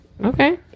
Okay